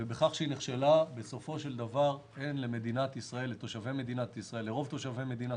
מכיוון שהיא נכשלה אין לרוב תושבי מדינת